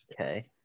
Okay